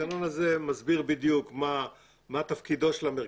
התקנון הזה מסביר בדיוק מה תפקידו של המרכז,